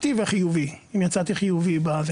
נבדקתי ואם יצאתי חיובי.